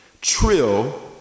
Trill